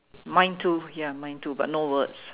mine too ya mine too but no words